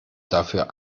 dafür